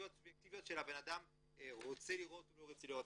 של הבנאדם שרוצה או לא רוצה לראות.